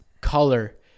color